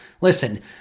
Listen